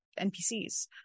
NPCs